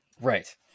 Right